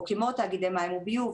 או כמו תאגידי מים וביוב,